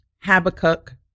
Habakkuk